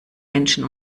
menschen